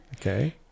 Okay